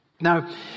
Now